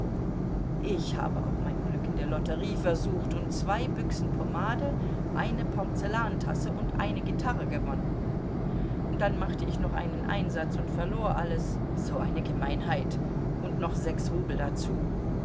ich hab auch mein glück in der lotterie versucht und zwei büchsen pomade eine porzellantasse und eine gitarre gewonnen dann machte ich noch einen einsatz und verlor alles so eine gemeinheit und noch sechs rubel dazu